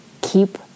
keep